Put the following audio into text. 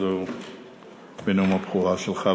הזאת בנאום הבכורה שלך.